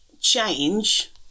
change